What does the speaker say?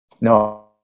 no